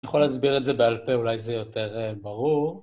אני יכול להסביר את זה בעל פה, אולי זה יותר ברור.